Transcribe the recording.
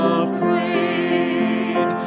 afraid